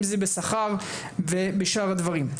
אם זה בשכר ובשאר הדברים.